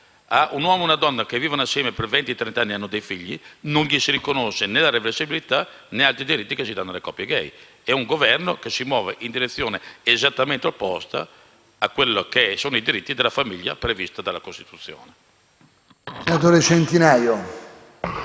un uomo e a una donna che vivono assieme per venti o trent'anni e che hanno dei figli non si riconosce né la reversibilità, né altri diritti che si danno alle coppie *gay*. È un Governo che si muove in direzione esattamente opposta a quelli che sono i diritti dalla famiglia prevista dalla Costituzione.